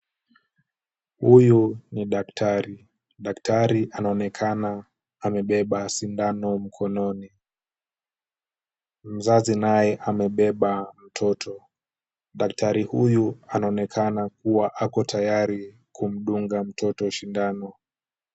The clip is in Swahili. Huyu ni daktari. Daktari anaonekana amebeba sindano mkononi. Mzazi naye amebeba mtoto. Daktari huyu anaonekana kuwa ako tayari kudunga mtoto sindano.